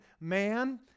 man